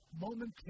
momentary